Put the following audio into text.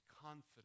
confidence